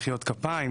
מחיאות כפיים,